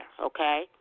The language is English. Okay